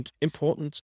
important